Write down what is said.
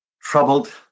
troubled